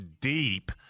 deep